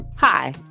Hi